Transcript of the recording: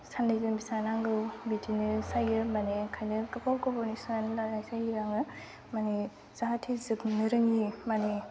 साननैजों बेसेबां नांगौ बिदिनो जायो माने ओंखायनो गोबाव गोबावनि सोनानै लानाय जायो आङो माने जाहाथे जोबनो रोङि माने